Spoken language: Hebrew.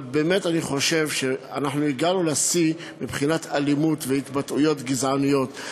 אבל באמת אני חושב שאנחנו הגענו לשיא מבחינת אלימות והתבטאויות גזעניות.